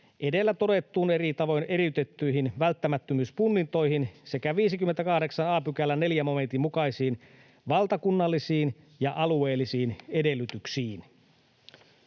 edellä todettuihin, eri tavoin eriytettyihin välttämättömyyspunnintoihin sekä 58 a §:n 4 momentin mukaisiin valtakunnallisiin ja alueellisiin edellytyksiin.